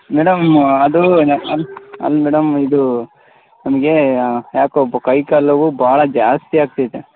madam ಅದು ನ್ ಅಲ್ಲಿ ಮೇಡಮ್ ಇದು ನಮಗೆ ಯಾಕೋ ಕೈ ಕಾಲು ನೋವು ಭಾಳ ಜಾಸ್ತಿ ಆಗತೈತೆ